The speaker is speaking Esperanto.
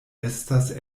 estas